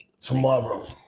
Tomorrow